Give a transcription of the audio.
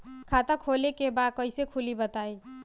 खाता खोले के बा कईसे खुली बताई?